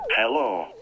Hello